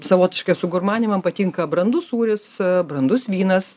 savotiškai esu gurmanė man patinka brandus sūris brandus vynas